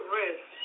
risk